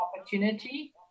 opportunity